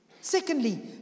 Secondly